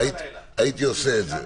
הייתי עושה את זה.